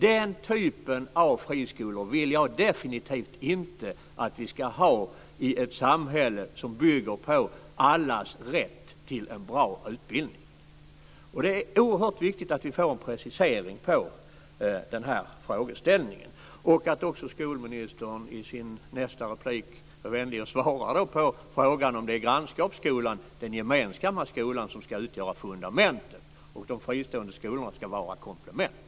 Den typen av friskolor vill jag definitivt inte att vi ska ha i ett samhälle som bygger på allas rätt till en bra utbildning. Det är alltså oerhört viktigt att vi får en precisering vad gäller den frågeställningen och att skolministern i nästa replik är vänlig och svarar på frågan om grannskapsskolan, den gemensamma skolan, ska utgöra fundamentet och de fristående skolorna vara ett komplement.